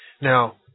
Now